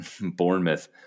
Bournemouth